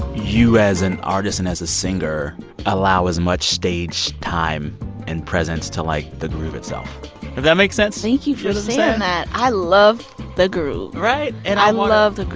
you as an artist and as a singer allow as much stage time and presence to, like, the groove itself. does that make sense? thank you for saying that. i love the groove right? and. i love the groove.